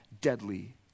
deadly